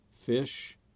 fish